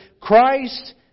Christ